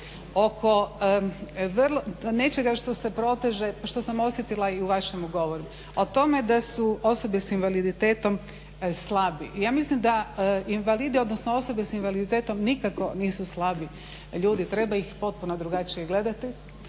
nečega što se proteže, što sam osjetila i u vašemu govoru, o tome da su osobe s invaliditetom slabi. Ja mislim da invalidi odnosno osobe s invaliditetom nikako nisu slabi ljudi, treba ih potpuno drugačije gledati.